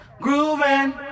Grooving